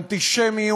אנטישמיות,